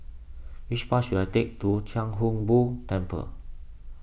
which bus should I take to Chia Hung Boo Temple